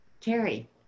Terry